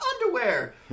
underwear